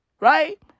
Right